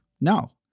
no